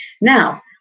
now